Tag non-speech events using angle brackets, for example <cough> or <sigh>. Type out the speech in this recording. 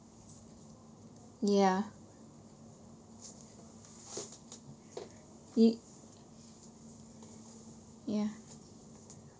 yeah <noise> !ee! yeah